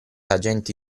agenti